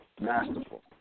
masterful